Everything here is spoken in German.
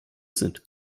sind